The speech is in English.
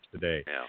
today